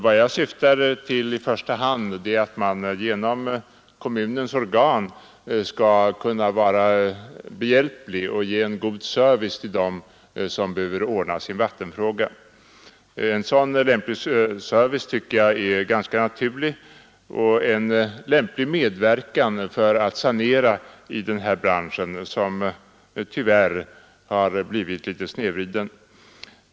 Vad jag syftar till är i första hand att kommunen genom sina organ skall kunna hjälpa till och ge en god service till dem som behöver ordna sin vattenförsörjning. En sådan service tycker jag är ganska naturlig och också en lämplig medverkan för att sanera i branschen, som tyvärr har blivit litet snedvriden.